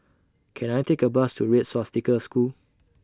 Can I Take A Bus to Red Swastika School